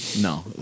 No